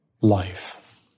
life